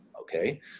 okay